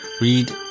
read